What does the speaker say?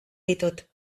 ditut